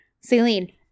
Celine